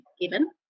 given